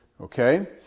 Okay